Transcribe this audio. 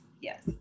yes